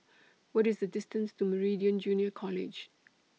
What IS The distance to Meridian Junior College